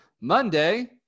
Monday –